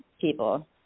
people